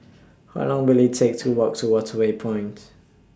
How Long Will IT Take to Walk to Waterway Point